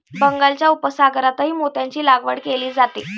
बंगालच्या उपसागरातही मोत्यांची लागवड केली जाते